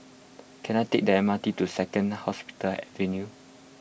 can I take the M R T to Second Hospital Avenue